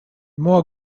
more